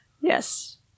Yes